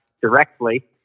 directly